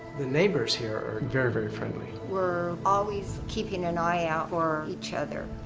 the neighbors here are very, very friendly. we're always keeping an eye out for each other.